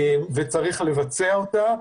צריך לבצע אותה.